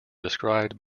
described